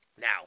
Now